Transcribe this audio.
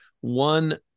One